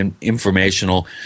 informational